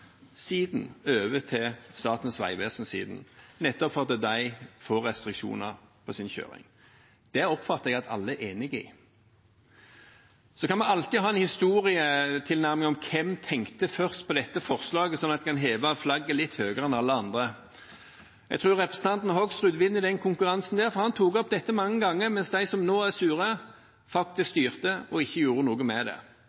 over til Statens vegvesen – får restriksjoner på sin kjøring. Det oppfatter jeg at alle er enig i. Vi kan alltid ha en historietilnærming om hvem som tenkte på dette forslaget først, sånn at en kan heve flagget litt høyere enn alle andre. Jeg tror representanten Hoksrud vinner den konkurransen, for han tok opp dette mange ganger mens de som nå er sure, faktisk styrte og ikke gjorde noe med det.